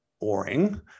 boring